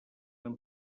amb